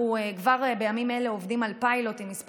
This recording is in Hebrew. אנחנו כבר בימים אלה עובדים על פיילוט עם כמה